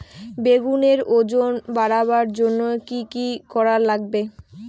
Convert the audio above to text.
বেগুনের ওজন বাড়াবার জইন্যে কি কি করা লাগবে?